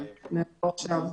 שנאמרו עכשיו.